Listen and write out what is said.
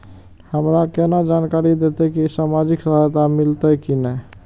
हमरा केना जानकारी देते की सामाजिक सहायता मिलते की ने?